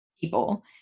people